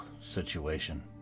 situation